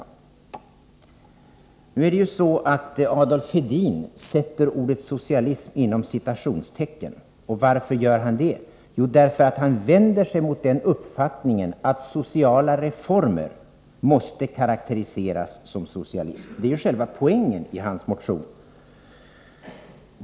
Nu var det ju så att Adolf Hedin satte ordet ”socialism” inom citationstecken. Varför gjorde han det? Jo, därför att han vände sig mot den uppfattningen att sociala reformer måste karakteriseras som socialism. Det var ju själva poängen i hans motion.